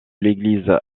l’église